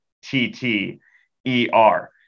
T-T-E-R